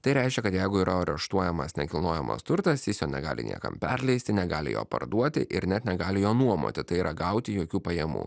tai reiškia kad jeigu yra areštuojamas nekilnojamas turtas jis jo negali niekam perleisti negali jo parduoti ir net negali jo nuomoti tai yra gauti jokių pajamų